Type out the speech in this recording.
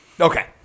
Okay